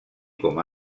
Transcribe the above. com